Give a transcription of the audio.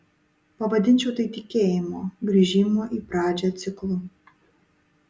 pavadinčiau tai tikėjimo grįžimo į pradžią ciklu